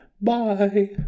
Bye